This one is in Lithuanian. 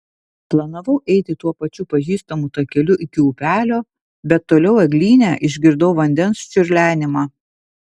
planavau eiti tuo pačiu pažįstamu takeliu iki upelio bet toliau eglyne išgirdau vandens čiurlenimą